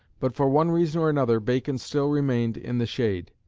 but for one reason or another bacon still remained in the shade.